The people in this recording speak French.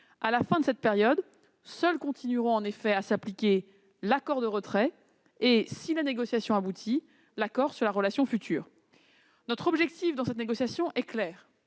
À la fin de cette période, seuls continueront en effet à s'appliquer l'accord de retrait et, si la négociation aboutit, l'accord sur la relation future. Notre objectif dans cette négociation est clair